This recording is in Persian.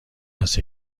است